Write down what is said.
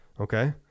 Okay